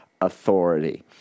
authority